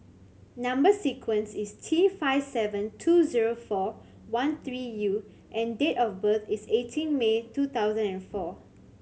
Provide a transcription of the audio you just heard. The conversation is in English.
number sequence is T five seven two zero four one three U and date of birth is eighteen May two thousand and four